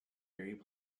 generally